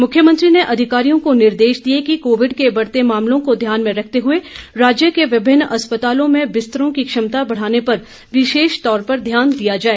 मुख्यमंत्री ने अधिकारियों को निर्देश दिए कि कोविड के बढते मामलों को ध्यान में रखते हुए राज्य के विभिन्न अस्पतालों में बिस्तरों की क्षमता बढ़ाने पर विशेषतौर पर ध्यान दिया जाए